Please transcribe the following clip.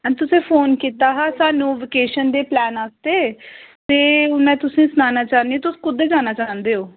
हां तुसें फोन कीता हा साह्नूं वेकेशन दे प्लान आस्तै ते में तुसें ई सनाना चाह्न्नी आं के तुस कुद्धर जाना चांह्दे ओ